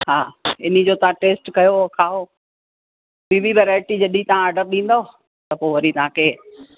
हा इनजो तव्हां टेस्ट कयो खाओ ॿी बि वैराइटी जॾहिं तव्हां ऑडर ॾींदव त पोइ वरी तव्हांखे